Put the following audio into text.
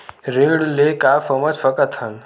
ऋण ले का समझ सकत हन?